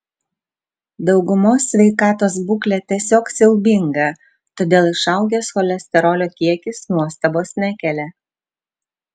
daugumos sveikatos būklė tiesiog siaubinga todėl išaugęs cholesterolio kiekis nuostabos nekelia